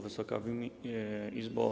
Wysoka Izbo!